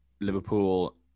Liverpool